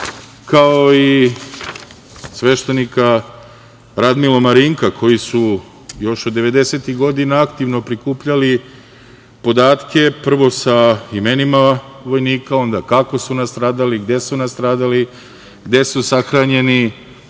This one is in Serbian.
kao i sveštenika Radmila Marinka, koji su još od devedesetih godina aktivno prikupljali podatke, prvo sa imenima vojnika, onda kako su nastradali, gde su nastradali, gde su sahranjeni.